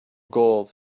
gold